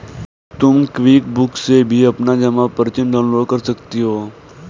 तुम क्विकबुक से भी अपनी जमा पर्ची डाउनलोड कर सकती हो